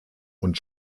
und